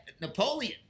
Napoleon